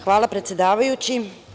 Hvala predsedavajući.